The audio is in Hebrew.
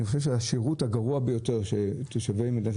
אני חושב שהשירות הגרוע ביותר שתושבי מדינת